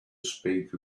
speak